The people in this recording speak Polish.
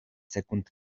sekund